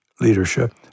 leadership